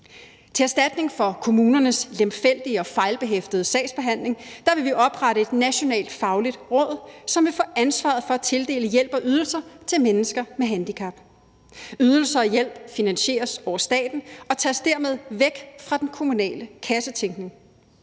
Til erstatning for kommunernes lemfældige og fejlbehæftede sagsbehandling, vil vi oprette et nationalt fagligt råd, som vil få ansvaret for at tildele hjælp og ydelser til mennesker med handicap. Ydelser og hjælp finansieres over staten og tages dermed væk fra den kommunale kassetænkning.